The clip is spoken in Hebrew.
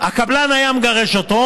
הקבלן היה מגרש אותו,